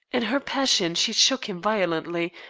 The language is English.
in her passion she shook him violently,